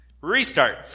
restart